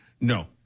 No